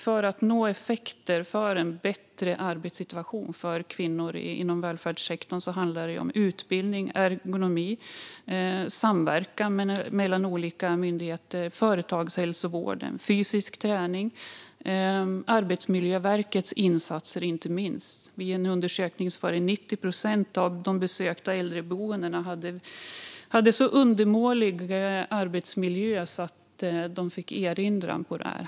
För att nå effekter för en bättre arbetssituation för kvinnor inom välfärdssektorn handlar det om utbildning och ergonomi. Det handlar om samverkan mellan olika myndigheter och företagshälsovården, fysisk träning och inte minst Arbetsmiljöverkets insatser. Vid en undersökning var det 90 procent av de besökta äldreboendena som hade så undermålig arbetsmiljö att de fick erinran.